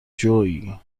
جویی